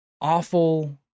awful